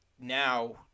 now